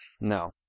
No